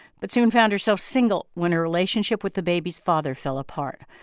but soon found herself single when her relationship with the baby's father fell apart.